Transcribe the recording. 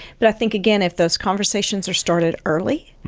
but i think, again, if those conversations are started early,